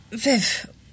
Viv